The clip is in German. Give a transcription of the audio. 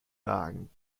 lagen